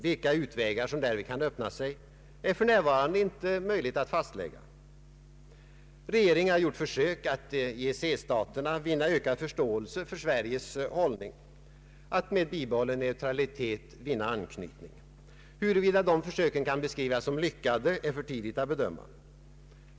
Vilka utvägar som därvid kan öppna sig är för närvarande inte möjligt att klart fastlägga. Regeringen har gjort försök att i EEC-staterna vinna ökad förståelse för Sveriges hållning att med bibehållen neutralitet få anknytning. Huruvida de försöken kan beskrivas som lyckade är för tidigt att bedöma.